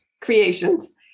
creations